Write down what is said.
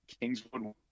Kingswood